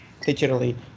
digitally